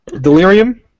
delirium